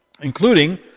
including